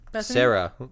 sarah